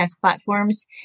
platforms